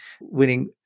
winning